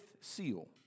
seal